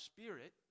Spirit